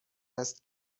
است